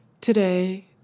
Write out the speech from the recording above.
Today